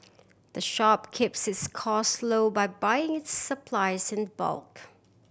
the shop keeps its cost low by buying its supplies in bulk